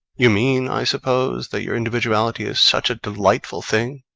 you mean, i suppose, that your individuality is such a delightful thing,